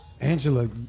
Angela